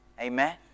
Amen